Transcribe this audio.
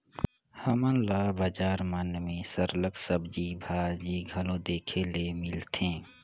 हमन ल बजार मन में सरलग सब्जी भाजी घलो देखे ले मिलथे